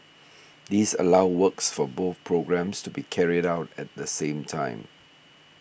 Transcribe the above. this allows works for both programmes to be carried out at the same time